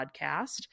podcast